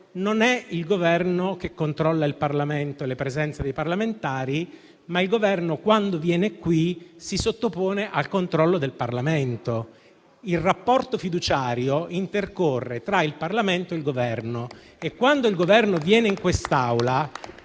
non è il Governo che controlla il Parlamento e le presenze dei parlamentari; è il Governo che, quando viene qui, si sottopone al controllo del Parlamento. Il rapporto fiduciario intercorre tra il Parlamento e il Governo e, quando il Governo viene in quest'Aula,